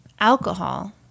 Alcohol